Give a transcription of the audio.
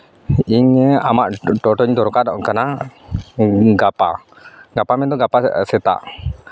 ᱤᱧ ᱟᱢᱟᱜ ᱴᱳᱴᱳᱧ ᱫᱚᱨᱠᱨᱚᱜ ᱠᱟᱱᱟ ᱜᱟᱯᱟ ᱜᱟᱯᱟ ᱢᱮᱱᱫᱚ ᱜᱟᱯᱟ ᱥᱮᱛᱟᱜ